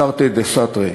תרתי דסתרי.